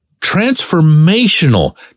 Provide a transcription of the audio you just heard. transformational